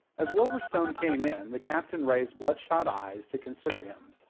as wolverstone came in, the captain raised bloodshot eyes to consider him.